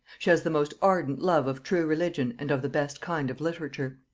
she has the most ardent love of true religion and of the best kind of literature.